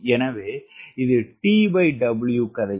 எனவே இது TW கதை